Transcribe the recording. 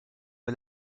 and